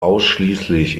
ausschließlich